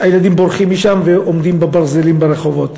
הילדים בורחים משם ועומדים ליד הברזלים ברחובות.